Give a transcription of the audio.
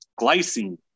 glycine